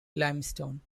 limestone